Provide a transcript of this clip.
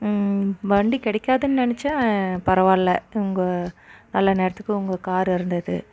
வண்டி கிடைக்காதுன்னு நினச்சேன் பரவாயில்ல உங்கள் நல்ல நேரத்துக்கு உங்கள் காரு இருந்தது